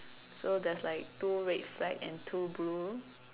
so there's like two red flag and two blue